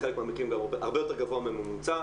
בחלק מהמקרים הרבה יותר גבוה מהממוצע.